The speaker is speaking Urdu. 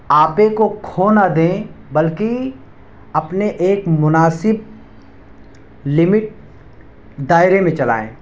آپے کو کھو نہ دیں بلکہ اپنے ایک مناسب لمٹ دائرے میں چلائیں